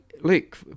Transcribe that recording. look